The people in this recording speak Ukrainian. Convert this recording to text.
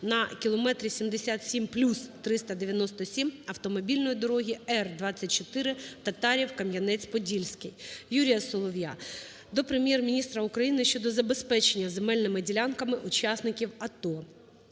на км 77 + 397 автомобільної дороги Р-24 Татарів - Кам'янець – Подільський. Юрія Солов'я до Прем'єр-міністра України щодо забезпечення земельними ділянками учасників АТО.